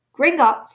Gringotts